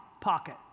pocket